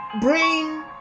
bring